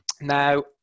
Now